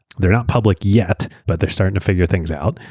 they're not public yet, but they're starting to figure things out.